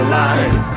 line